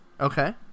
Okay